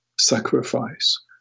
sacrifice